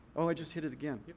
oh. i just hit it again.